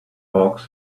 hawks